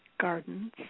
gardens